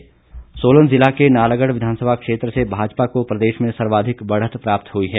बढ़त सोलन सोलन जिला के नालागढ़ विधानसभा क्षेत्र से भाजपा को प्रदेश में सर्वाधिक बढ़त प्राप्त हुई है